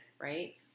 right